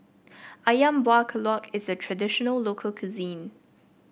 ayam Buah Keluak is a traditional local cuisine